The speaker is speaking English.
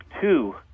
two